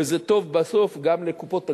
וזה טוב בסוף גם לקופות הגמל.